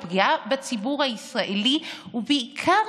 הוא פגיעה בציבור הישראלי והוא בעיקר